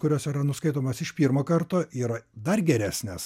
kurios yra nuskaitomos iš pirmo karto yra dar geresnės